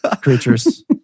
creatures